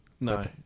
No